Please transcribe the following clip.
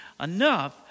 enough